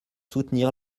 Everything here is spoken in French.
soutenir